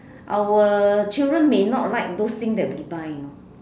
our children may not like those things that we buy know